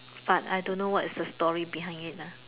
but I don't know what is the story behind it lah